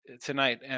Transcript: tonight